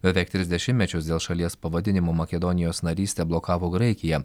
beveik tris dešimtmečius dėl šalies pavadinimo makedonijos narystę blokavo graikija